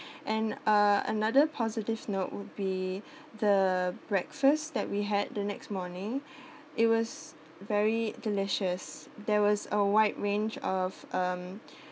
and uh another positive note would be the breakfast that we had the next morning it was very delicious there was a wide range of um